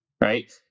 right